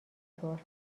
طور